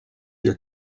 your